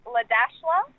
Ladashla